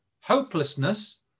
hopelessness